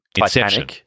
Inception